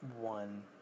one